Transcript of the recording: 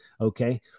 Okay